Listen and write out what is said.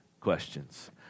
questions